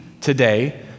today